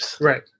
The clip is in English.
Right